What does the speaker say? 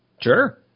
Sure